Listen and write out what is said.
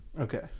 Okay